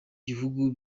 gihugu